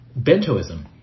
Bentoism